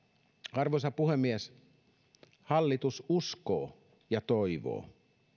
arvoisa puhemies hallitus uskoo ja toivoo